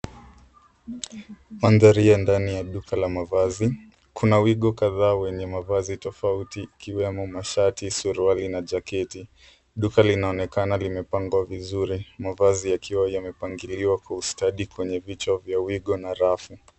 Mandhari ya ndani ya duka la mavazi. Kuna wigo kadhaa wenye mavazi tofauti ikiwemo mashati, suruali na jaketi. Duka linaonekana limepangwa vizuri mavazi yakiwa yamepangiliwa kwa ustadi kwenye vichwa vya wigo na rafu.